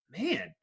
man